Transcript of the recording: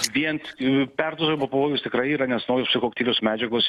vien perdozavimo pavojus tikrai yra nes psichoaktyvios medžiagos